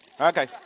Okay